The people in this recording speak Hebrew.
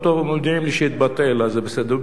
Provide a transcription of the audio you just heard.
טוב, מודיעים לי שהתבטל, אז זה בסדר.